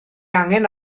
angen